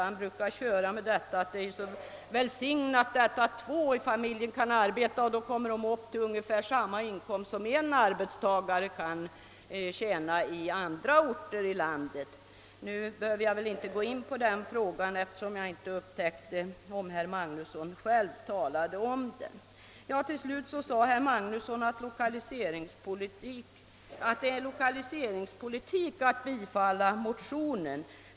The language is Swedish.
Han brukar säga att det är så välsignat bra att två i familjen kan arbeta och därmed komma upp till ungefär samma inkomst som en arbetstagare ensam kan göra på andra orter 1 landet. Till sist sade herr Magnusson att det är lokaliseringspolitik att bifalla motionen.